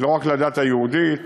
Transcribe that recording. לא רק לדת היהודית,